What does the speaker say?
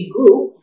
Group